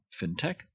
FinTech